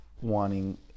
wanting